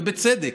ובצדק,